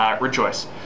rejoice